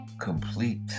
complete